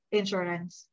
insurance